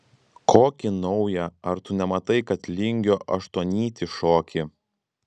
kokį naują ar tu nematai kad lingio aštuonnytį šoki